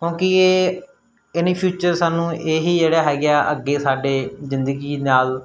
ਕਿਉਂਕਿ ਇਹ in future ਸਾਨੂੰ ਇਹੀ ਜਿਹੜਾ ਹੈਗੇ ਆ ਅੱਗੇ ਸਾਡੇ ਜ਼ਿੰਦਗੀ ਨਾਲ